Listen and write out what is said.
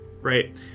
right